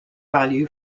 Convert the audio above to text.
value